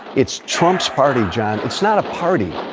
it's trump's party, john. it's not a party.